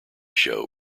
show